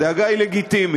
והדאגה היא לגיטימית,